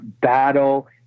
battle